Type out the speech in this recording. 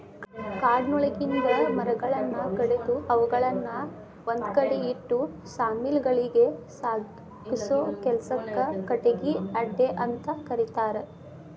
ಕಾಡಿನೊಳಗಿಂದ ಮರಗಳನ್ನ ಕಡದು ಅವುಗಳನ್ನ ಒಂದ್ಕಡೆ ಇಟ್ಟು ಸಾ ಮಿಲ್ ಗಳಿಗೆ ಸಾಗಸೋ ಕೆಲ್ಸಕ್ಕ ಕಟಗಿ ಅಡ್ಡೆಅಂತ ಕರೇತಾರ